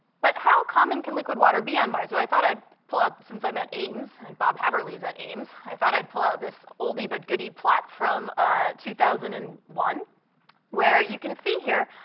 but how common can liquid water be on mars? so i thought i'd pull out since i'm at ames and bob haberle's at ames, i thought i'd pull out this oldie-but-goodie plot from ah two thousand and one where you can see here